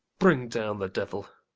bring down the devil,